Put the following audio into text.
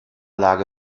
lage